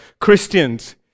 Christians